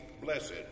blessed